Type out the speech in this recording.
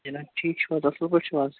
جِناب ٹھیٖک چھُو حظ اَصٕل پٲٹھۍ چھُو حظ